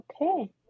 Okay